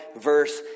verse